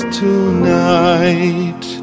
tonight